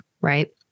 right